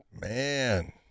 man